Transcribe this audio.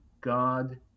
God